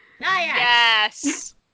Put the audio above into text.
Yes